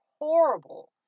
horrible